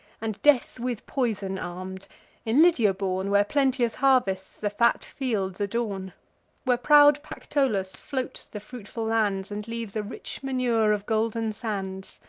and death with poison arm'd in lydia born, where plenteous harvests the fat fields adorn where proud pactolus floats the fruitful lands, and leaves a rich manure of golden sands.